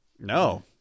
No